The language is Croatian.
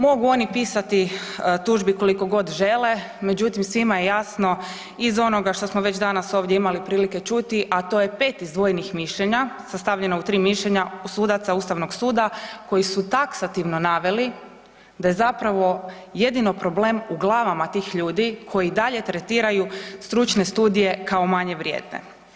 Mogu oni pisati tužbi koliko god žele, međutim svima je jasno iz onoga što smo već danas ovdje imali prilike čuti a to je 5 izdvojenih mišljenja sastavljeno u 3 mišljenja sudaca Ustavnog suda koji su taksativno naveli da je zapravo jedino problem u glavama tih ljudi koji i dalje tretiraju stručne studije kao manje vrijedne.